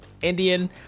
indian